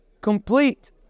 complete